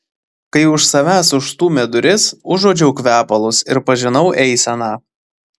kai už savęs užstūmė duris užuodžiau kvepalus ir pažinau eiseną